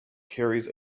carries